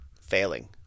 failing